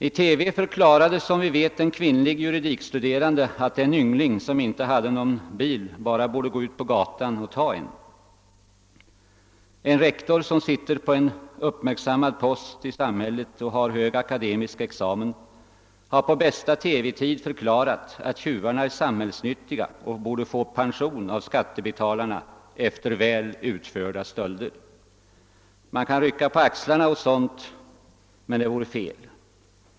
I TV har, såsom vi vet, en kvinnlig juridikstuderande förklarat att den yngling som inte har någon bil bara borde gå ut på gatan och ta en. En rektor som sitter på en uppmärksammad post i samhället och som har en hög akademisk examen har på bästa TV-tid förklarat, att tjuvarna är samhällsnyttiga och borde få pension av skattebetalarna efter väl utförda stölder. Man kan rycka på axlarna åt sådana för att trygga säkerheten på allmänna företeelser, men det vore fel.